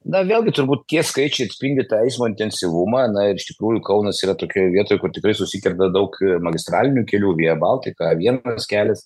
na vėlgi turbūt tie skaičiai atspindi tą eismo intensyvumą na ir iš tikrųjų kaunas yra tokioje vietoje kur tikrai susikerta daug magistralinių kelių vija baltika a vienas kelias